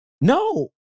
no